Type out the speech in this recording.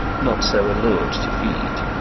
not so allur'd to feed.